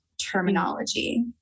terminology